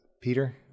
Peter